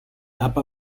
upper